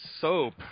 soap